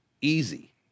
easy